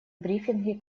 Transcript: брифинги